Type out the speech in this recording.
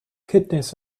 kidneys